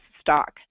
stock